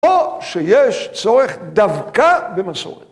או שיש צורך דווקא במסורת.